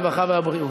הרווחה והבריאות.